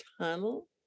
tunnel